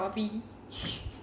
can't draw me